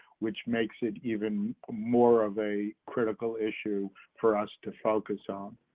which makes it even more of a critical issue for us to focus on.